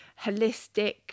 holistic